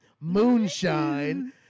moonshine